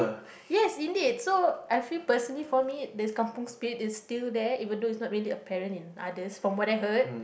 yes indeed so I feel personally for me the kampung Spirit is still there even though is not really apparently in others from what I heard